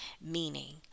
meaning